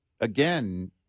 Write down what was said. again